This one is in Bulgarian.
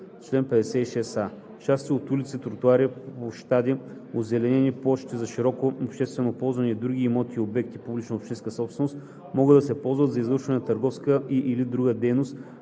56а. (1) Части от улици, тротоари, площади, озеленени площи за широко обществено ползване и други имоти и обекти – публична общинска собственост, могат да се ползват за извършване на търговска и/или друга дейност